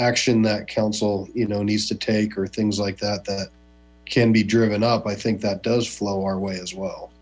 action that council you know needs to take or things like that that can be driven up i think that does flow our way as well